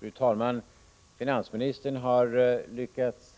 Fru talman! Finansministern har lyckats